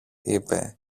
είπε